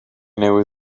newydd